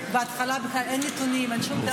בהתחלה אין בכלל נתונים, אין שום דבר.